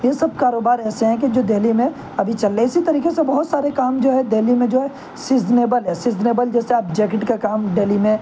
یہ سب کاروبار ایسے ہیں کہ جو دہلی میں ابھی چل رہے ہیں اسی طریقے سے بہت سارے کام جو ہیں دہلی میں جو ہیں سیزنیبل ہے سیزنیبل جیسے آپ جیکٹ کا کام ڈہلی میں